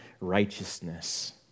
righteousness